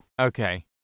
Okay